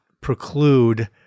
preclude